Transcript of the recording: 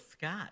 Scott